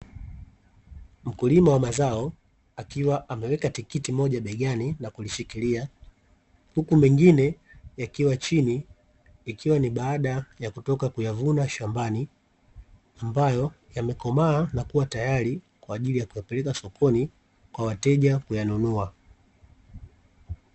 Mkulima wa mazao akiwa ameweka tikiti moja begani na kulishikilia huku mengine yakiwa chini, ikiwa ni baada ya kutoka kuyavuna shambani ambayo yamekomaa na kuwa tayari kwa ajili ya kuyapeleka sokoni, kwa wateja kuyanunua.